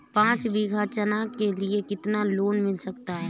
पाँच बीघा चना के लिए कितना लोन मिल सकता है?